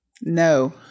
No